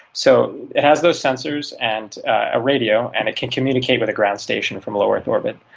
so it has those sensors and a radio and it can communicate with a ground station from low earth orbit.